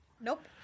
Nope